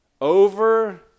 Over